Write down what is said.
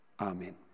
Amen